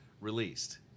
released